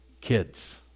kids